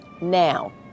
now